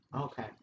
Okay